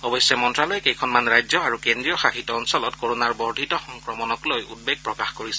অৱশ্যে মন্ত্যালয়ে কেইখনমান ৰাজ্য আৰু কেন্দ্ৰীয় শাসিত অঞ্চলত কোৰোনাৰ বৰ্ধিত সংক্ৰমণক লৈ উদ্বেগ প্ৰকাশ কৰিছে